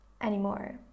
anymore